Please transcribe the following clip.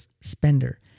spender